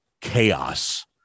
chaos